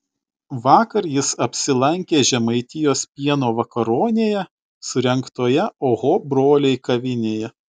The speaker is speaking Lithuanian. vakar jis apsilankė žemaitijos pieno vakaronėje surengtoje oho broliai kavinėje